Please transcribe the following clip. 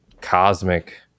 cosmic